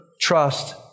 trust